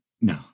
no